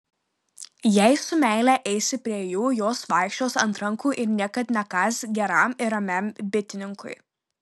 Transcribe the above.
jei su meile eisi prie jų jos vaikščios ant rankų ir niekad nekąs geram ir ramiam bitininkui